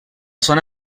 zona